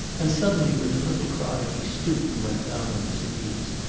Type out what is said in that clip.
and suddenly with a little cry he stooped and went down on his knees.